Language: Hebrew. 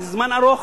לזמן ארוך,